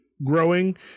growing